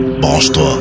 Branche-toi